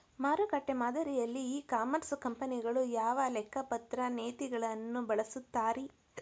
ಮಾರುಕಟ್ಟೆ ಮಾದರಿಯಲ್ಲಿ e commerce ಕಂಪನಿಗಳು ಯಾವ ಲೆಕ್ಕಪತ್ರ ನೇತಿಗಳನ್ನ ಬಳಸುತ್ತಾರಿ?